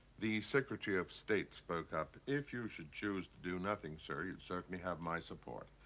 the secretary of state spoke up. if you should choose to do nothing, sir, you'd certainly have my support.